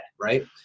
right